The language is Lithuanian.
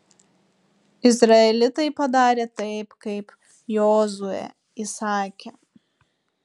izraelitai padarė taip kaip jozuė įsakė